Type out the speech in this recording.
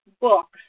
books